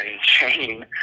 chain